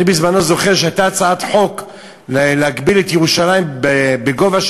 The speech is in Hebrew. אני זוכר שבזמנו הייתה הצעת חוק להגביל את הגובה של